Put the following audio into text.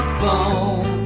phone